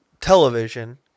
television